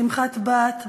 שמחת בת,